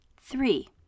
Three